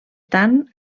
tant